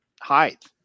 height